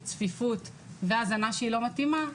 צפיפות והזנה שהיא לא מתאימה,